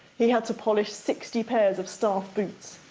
he had to polish sixty pairs of staff boots.